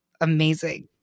amazing